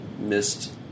missed